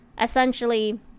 essentially